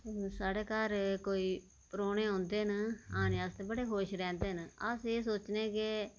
साढ़ै घर अगर कोई परौह्नें औंदे न औने आस्तै बड़े खुश रौंह्दे न अस एह् सोचने आं